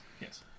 Yes